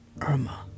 Irma